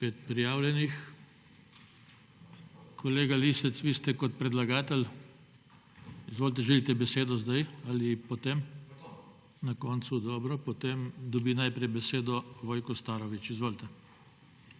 pet prijavljenih. Kolega Lisec, vi ste kot predlagatelj? Želite besedo sedaj ali potem? Na koncu. Dobro. Potem dobi najprej besedo Vojko Starović. Izvolite.